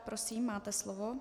Prosím, máte slovo.